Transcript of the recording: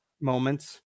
moments